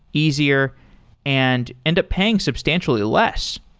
easier and end up paying substantially less.